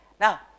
Now